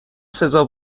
سزا